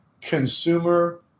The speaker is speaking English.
consumer